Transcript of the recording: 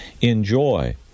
Enjoy